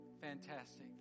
Fantastic